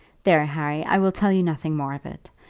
there, harry i will tell you nothing more of it.